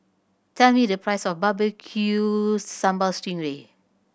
tell me the price of Barbecue Sambal sting ray